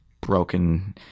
broken